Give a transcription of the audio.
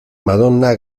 madonna